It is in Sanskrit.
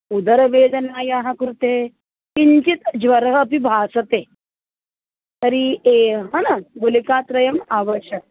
उदरवेदनायाः कृते किञ्चित् ज्वरः अपि भासते तर्हि ए हा न गुलिकात्रयम् आवश्यकम्